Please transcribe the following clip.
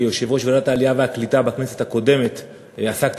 כיושב-ראש ועדת העלייה והקליטה בכנסת הקודמת עסקתי